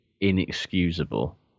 inexcusable